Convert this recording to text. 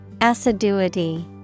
Assiduity